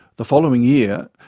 the following year,